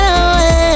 away